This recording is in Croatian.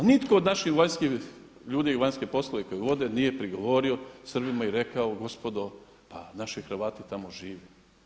Pa nitko od naših vanjskih ljudi vanjskih poslova koji vode nije prigovorio Srbima i rekao – gospodo, pa naši Hrvati tamo žive.